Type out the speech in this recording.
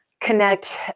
connect